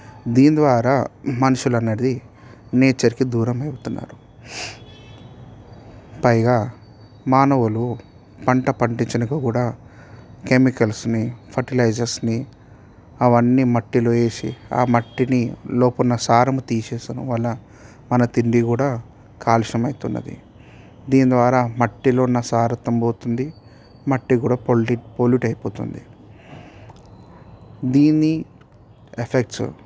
దీని ద్వారా మనుషులు అనేటిది నేచర్కి దూరం అవుతున్నారు పైగా మానవులు పంట పండించటకు కూడా కెమికల్స్ని ఫర్టిలైజర్స్ని అవన్నీ మట్టిలో వేసి ఆ మట్టిని లోకున్న సారము తీసేసెను వల్ల మన తిండి కూడా కాలుష్యం అయితున్నది దీని ద్వారా మట్టిలో ఉన్న సారత్వం పోతుంది మట్టి కూడా పోల్ట్ పొల్యూట్ అయిపోతుంది దీని ఎఫెక్ట్స్